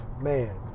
man